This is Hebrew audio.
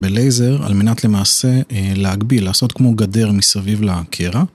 בלייזר, על מנת למעשה א...להגביל, לעשות כמו גדר מסביב ל...קרע,